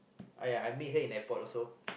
!aiya! I meet them in airport also